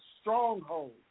stronghold